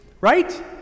Right